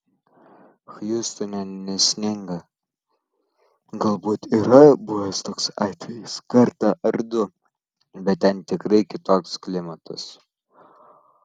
hjustone nesninga galbūt yra buvęs toks atvejis kartą ar du bet ten tikrai kitoks klimatas